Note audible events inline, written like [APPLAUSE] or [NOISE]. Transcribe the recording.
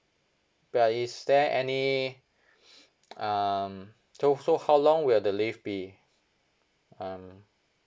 but is there any [NOISE] um so so how long will the leave be um